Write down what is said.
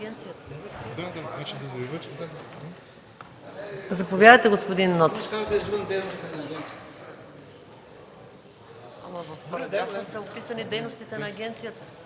Заповядайте, господин Нотев.